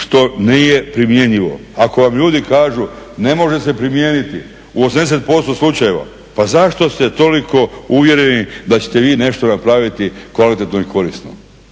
što nije primjenjivo, ako vam ljudi kažu, ne može se primijeniti u 80% slučajeva pa zašto ste toliko uvjereni da ćete vi nešto napraviti kvalitetno i korisno.